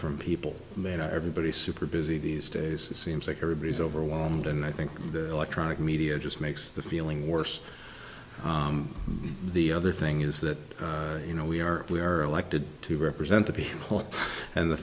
from people made everybody super busy these days it seems like everybody's overwhelmed and i think the electronic media just makes the feeling worse the other thing is that you know we are we are elected to represent the